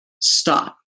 stop